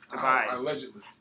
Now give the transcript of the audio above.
Allegedly